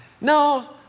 no